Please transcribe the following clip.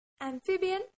amphibian